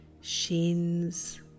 shins